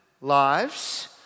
lives